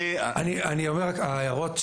אני אומר רק - ההערות,